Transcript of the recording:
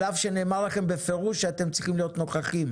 על אף שנאמר לכם בפירוש שאתם צריכים להיות נוכחים.